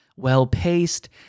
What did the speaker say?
well-paced